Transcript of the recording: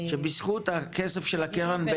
שבזכות הכסף של הקרן,